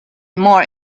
more